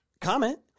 comment